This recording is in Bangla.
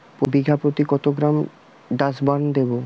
বিঘাপ্রতি কত গ্রাম ডাসবার্ন দেবো?